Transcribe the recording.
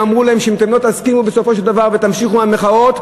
ואמרו להם: אם לא תסכימו בסופו של דבר ותמשיכו עם המחאות,